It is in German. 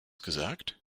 gesagt